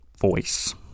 voice